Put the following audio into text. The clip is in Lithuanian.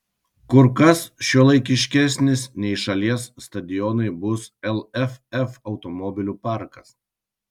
kur kas šiuolaikiškesnis nei šalies stadionai bus lff automobilių parkas